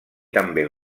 també